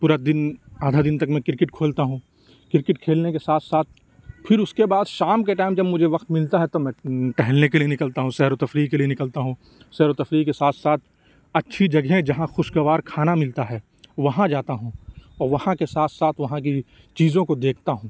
پورا دن آدھا دن تک میں کرکٹ کھیلتا ہوں کرکٹ کھیلنے کے ساتھ ساتھ پھر اس کے بعد شام کے ٹائم مجھے وقت ملتا ہے تو میں ٹہلنے کے لیے نکلتا ہوں سیر و تفریح کے لیے نکلتا ہوں سیر و تفریح کے ساتھ ساتھ اچھی جگہیں جہاں خوش گوار کھانا ملتا ہے وہاں جاتا ہوں اور وہاں کے ساتھ ساتھ وہاں کی چیزوں کو دیکھتا ہوں